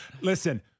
Listen